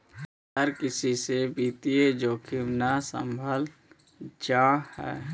हर किसी से वित्तीय जोखिम न सम्भावल जा हई